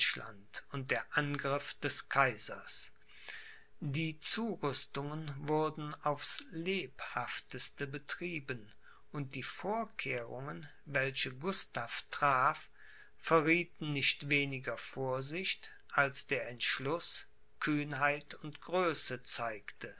und der angriff des kaisers die zurüstungen wurden aufs lebhafteste betrieben und die vorkehrungen welche gustav traf verriethen nicht weniger vorsicht als der entschluß kühnheit und größe zeigte